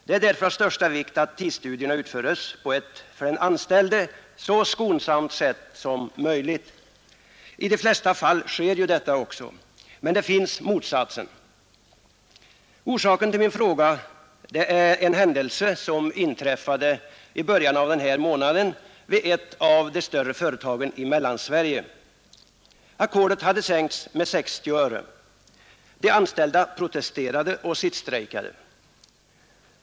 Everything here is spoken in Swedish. Det är därför av största vikt att tidsstudierna utföres på ett för den anställde så skonsamt sätt som möjligt. I de flesta fall sker detta också. Men det finns exempel på motsatsen. Orsaken till min fråga är en händelse som inträffade i början av den här månaden vid ett större företag i Mellansverige. Ackordet hade sänkts Nr 125 med 60 öre. De anställda protesterade och sittstrejkade.